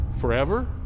Forever